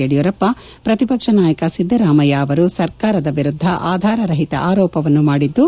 ಯಡಿಯೂರಪ್ಪ ಪ್ರತಿಪಕ್ಷದ ನಾಯಕ ಸಿದ್ದರಾಮಯ್ಯ ಅವರು ಸರ್ಕಾರದ ವಿರುದ್ದ ಆಧಾರ ರಹಿತ ಆರೋಪವನ್ನು ಮಾಡಿದ್ದು